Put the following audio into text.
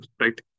right